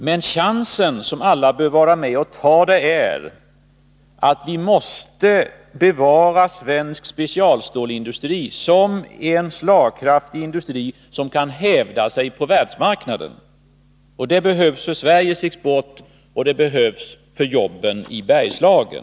Men chansen, som alla bör vara med och ta, är att bevara svensk specialstålsindustri som en slagkraftig industri, som kan hävda sig på världsmarknaden. Det behövs för Sveriges export, och det behövs för jobben i Bergslagen.